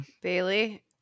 Bailey